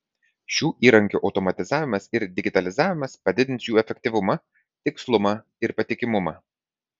šių įrankių automatizavimas ir digitalizavimas padidins jų efektyvumą tikslumą ir patikimumą